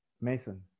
Mason